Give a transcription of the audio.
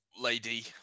lady